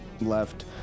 left